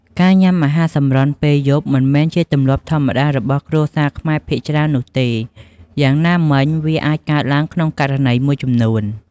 ការញ៉ាំអាហារសម្រន់ពេលយប់ មិនមែនជាទម្លាប់ធម្មតារបស់គ្រួសារខ្មែរភាគច្រើននោះទេ យ៉ាងណាមិញ វាអាចកើតឡើងក្នុងករណីមួយចំនួន។